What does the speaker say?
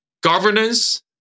governance